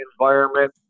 environment